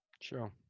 Sure